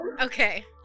Okay